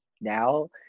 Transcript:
now